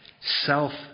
self